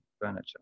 furniture